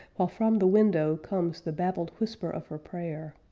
while from the window comes the babbled whisper of her prayer.